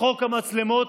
חוק המצלמות,